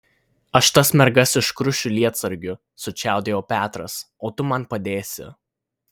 aš tas mergas iškrušiu lietsargiu sučiaudėjo petras o tu man padėsi